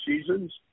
seasons